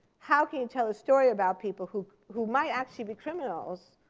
how can you tell a story about people who who might actually be criminals,